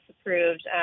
approved